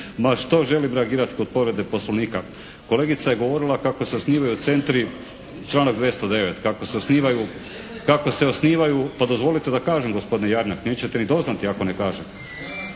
Ma što želim reagirati kod povrede poslovnika? Kolegica je govorila kako se osnivaju centri, članak 209. kako se osnivaju, pa dozvolite da kažem gospodine Jarnjak, nećete ni doznati ako ne kažem.